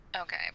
Okay